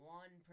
one